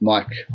Mike